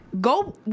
Go